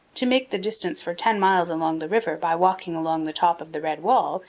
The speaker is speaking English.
to make the distance for ten miles along the river by walking along the top of the red wall,